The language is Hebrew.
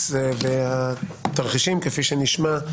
התרחישים כפי שנשמע,